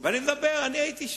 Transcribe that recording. ואני מדבר, אני הייתי שם.